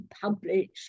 published